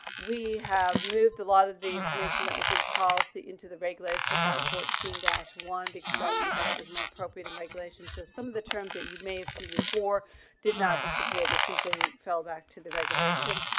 we have moved a lot of the information that was in policy into the regulation five fourteen dash one big stuff. we thought it was more appropriate and regulations and some of the terms that you may have seen before did not disappear this simply fell back to the regulation.